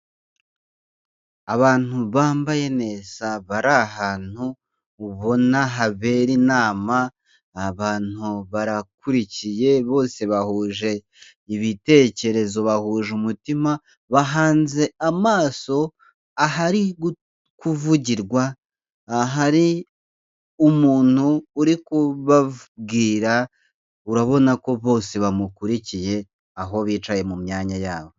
Abantu bambaye neza bari ahantu ubona habera inama, abantu barakurikiye bose bahuje ibitekerezo bahuje umutima; bahanze amaso ahari kuvugirwa, ahari umuntu uri kubabwira, urabona ko bose bamukurikiye aho bicaye mu myanya yabo.